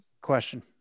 question